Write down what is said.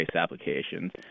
applications